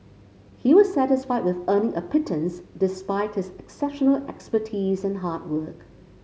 he was satisfied with earning a pittance despite his exceptional expertise and hard work